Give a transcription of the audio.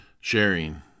sharing